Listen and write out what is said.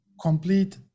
complete